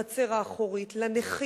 החצר האחורית, הנכים,